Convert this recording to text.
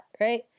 right